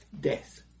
death